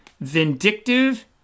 vindictive